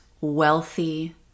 wealthy